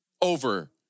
over